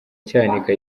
cyanika